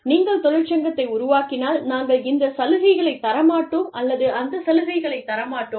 நீங்கள் தொழிற்சங்கத்தை உருவாக்கினால் நாங்கள் இந்த சலுகைகளை தரமாட்டோம் அல்லது அந்த சலுகைகளைத் தரமாட்டோம்